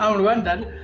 um rwandan.